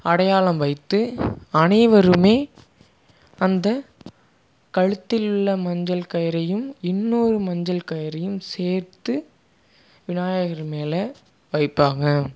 அடையாளம் வைத்து அனைவருமே அந்த கழுத்தில் உள்ள மஞ்சள் கயிறையும் இன்னொரு மஞ்சள் கயிறையும் சேர்த்து விநாயகர் மேலே வைப்பாங்க